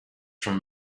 from